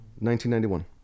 1991